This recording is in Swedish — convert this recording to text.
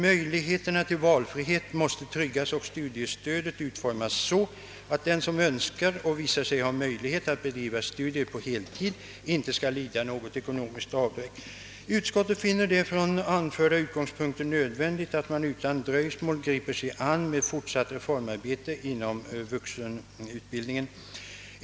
Möjligheterna till valfrihet måste tryggas och studiestödet utformas så, att den som önskar och visar sig ha möjlighet att bedriva studier på heltid inte skall lida något ekonomiskt avbräck. Utskottet finner det från anförda utgångspunkter nödvändigt att man utan dröjsmål griper sig an med fortsatt reformarbete inom vuxenutbildningen.